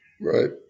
Right